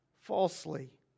falsely